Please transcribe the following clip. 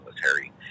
military